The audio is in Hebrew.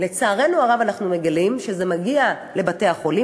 לצערנו הרב אנחנו מגלים שזה מגיע לבתי-החולים,